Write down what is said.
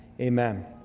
amen